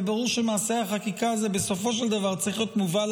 וברור שמעשה החקיקה הזה צריך להיות מובל,